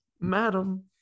Madam